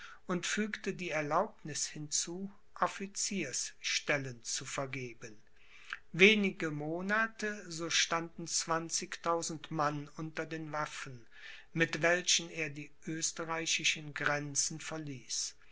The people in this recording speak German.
und fügte die erlaubniß hinzu officiersstellen zu vergeben wenige monate so standen zwanzigtausend mann unter den waffen mit welchen er die österreichischen grenzen verließ